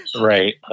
Right